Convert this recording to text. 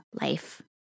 life